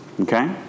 okay